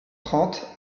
trente